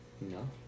No